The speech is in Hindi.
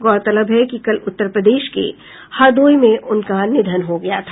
गौरतलब है कि कल उत्तर प्रदेश के हरदोई में उनका निधन हो गया था